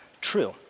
true